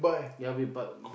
ya we but